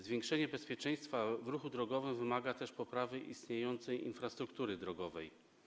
Zwiększenie bezpieczeństwa w ruchu drogowym wymaga też poprawy istniejącej infrastruktury drogowej.